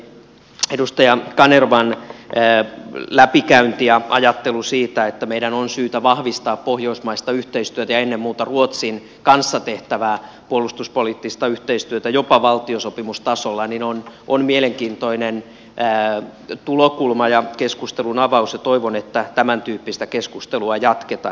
minun mielestäni edustaja kanervan läpikäynti ja ajattelu siitä että meidän on syytä vahvistaa pohjoismaista yhteistyötä ja ennen muuta ruotsin kanssa tehtävää puolustuspoliittista yhteistyötä jopa valtiosopimustasolla on mielenkiintoinen tulokulma ja keskustelunavaus ja toivon että tämäntyyppistä keskustelua jatketaan